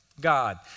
God